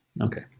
Okay